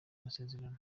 masezerano